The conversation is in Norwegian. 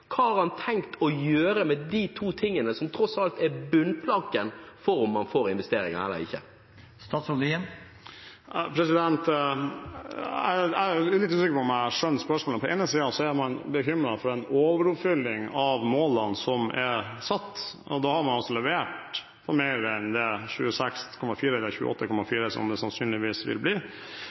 Hva har statsråden tenkt å gjøre med disse to tingene, som tross alt er bunnplanken for om man får investeringer eller ikke? Jeg er litt usikker på om jeg har skjønt spørsmålene. På den ene siden er man bekymret for en overoppfylling av målene som er satt, og da har man levert – og mer enn det – 26,4 TWh, eller 28,4 TWh, som det sannsynligvis vil bli.